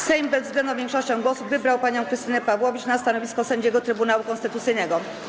Sejm bezwzględną większością głosów wybrał panią Krystynę Pawłowicz na stanowisko sędziego Trybunału Konstytucyjnego.